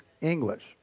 English